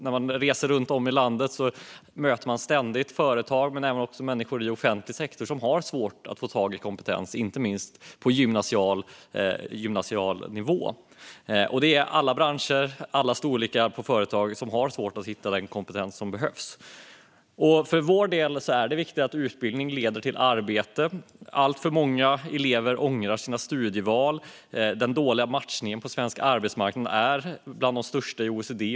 När man reser runt om i landet möter man ständigt företag men även människor i offentlig sektor som har svårt att få ta i kompetens, inte minst på gymnasial nivå. Det gäller alla branscher och alla storlekar på företag; de har svårt att hitta den kompetens som behövs. För vår del är det viktigt att utbildning leder till arbete. Alltför många elever ångrar sina studieval, och den dåliga matchningen på svensk arbetsmarknad är bland de sämsta i OECD.